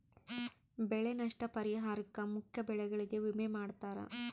ಬೆಳೆ ನಷ್ಟ ಪರಿಹಾರುಕ್ಕ ಮುಖ್ಯ ಬೆಳೆಗಳಿಗೆ ವಿಮೆ ಮಾಡ್ತಾರ